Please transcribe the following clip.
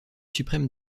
suprême